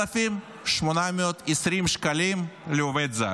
9,820 שקלים לעובד זר.